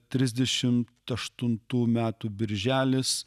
trisdešimt aštuntų metų birželis